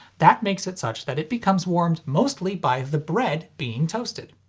that makes it such that it becomes warmed mostly by the bread being toasted.